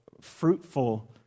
fruitful